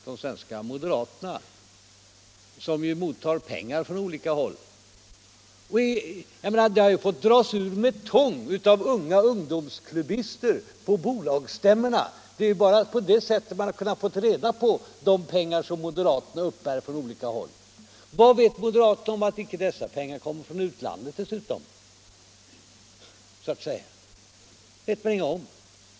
De svenska moderaterna mottar ju pengar från olika håll, och det är konstigt att ungdomsklubbister har måst dra ut detta med tång på bolagsstämmorna. Det är bara på det sättet man har kunnat få reda på vad moderaterna uppbär från olika håll. Vad vet moderaterna om att dessa pengar icke kommer från utlandet? Det vet man inget om.